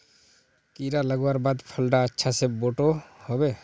कीड़ा लगवार बाद फल डा अच्छा से बोठो होबे?